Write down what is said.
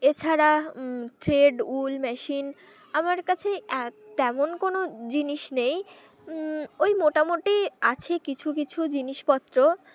এছাড়া থ্রেড উল মেশিন আমার কাছে তেমন কোনো জিনিস নেই ওই মোটামুটি আছে কিছু কিছু জিনিসপত্র